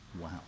Wow